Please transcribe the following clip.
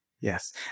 Yes